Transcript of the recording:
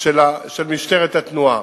של משטרת התנועה.